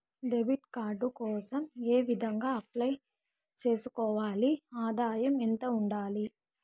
Debit card కోసం ఏ విధంగా అప్లై సేసుకోవాలి? ఆదాయం ఎంత ఉండాలి?